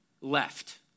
left